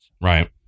Right